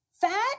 Fat